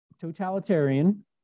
totalitarian